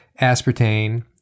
Aspartame